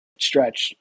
Stretch